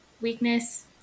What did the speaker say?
weakness